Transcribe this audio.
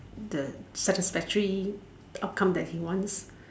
the such a factory outcome that he wants